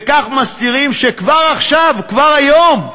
וכך מסתירים שכבר עכשיו, כבר היום,